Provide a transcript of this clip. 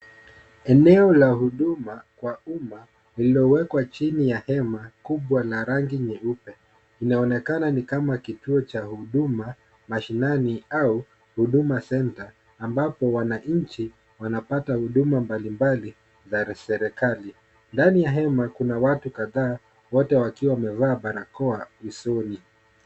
Eneo la huduma kwa umma lililowekwa chini ya hema kubwa la rangi nyeupe. Inaonekana ni kama kituo cha huduma mashinani au Huduma Centre ambapo wananchi wanapata huduma mbalimbali za serikali. Ndani ya hema kuna watu kadhaa wote wakiwa wamevaa barakoa usoni.